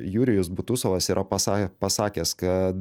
jurijus butusovas yra pasa pasakęs kad